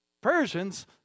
Persians